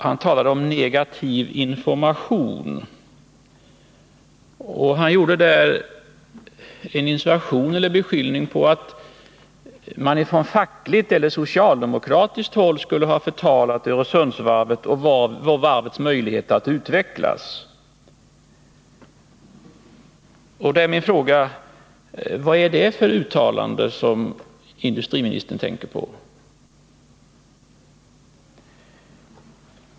Han talade om negativ information, och han förde fram beskyllningen att man på fackligt eller socialdemokratiskt håll skulle ha förtalat Öresundsvarvet och dess möjlighet att utvecklas. Vad är det för uttalande som industriministern tänker på?